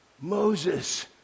Moses